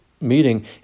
meeting